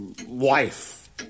wife